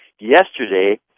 Yesterday